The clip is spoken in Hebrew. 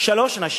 שלוש נשים: